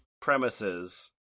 premises